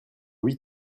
huit